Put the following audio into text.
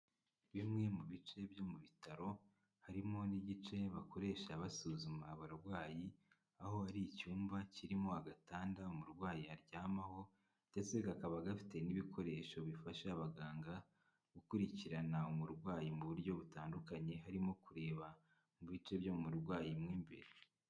Bimwe mu bice byo mu bitaro, harimo n'igice bakoresha basuzuma abarwayi; aho hari icyumba kirimo agatanda umurwayi aryamaho ndetse kakaba gafite n'ibikoresho bifasha abaganga gukurikirana umurwayi mu buryo butandukanye, harimo kureba mu bice byo mu murwayi mo imbere.